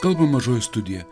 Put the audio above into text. kalba mažoji studija